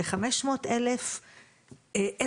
ניזום את ההגעה שלהם וניתן להם את מלוא